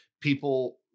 people